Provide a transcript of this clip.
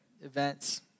events